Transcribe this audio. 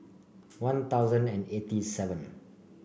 One Thousand and eighty seven